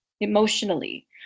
emotionally